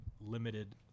limited